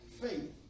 faith